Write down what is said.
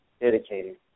dedicated